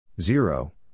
Zero